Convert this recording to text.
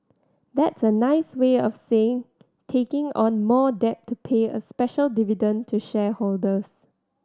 that's a nice way of saying taking on more debt to pay a special dividend to shareholders